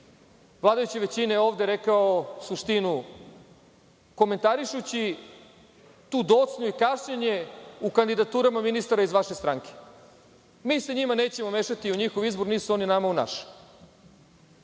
vladajuće većine ovde rekao suštinu, komentarišući tu docnju i kašnjenje u kandidaturama ministara iz vaše stranke - mi se njima nećemo mešati u njihov izbor, nisu oni nama u naš.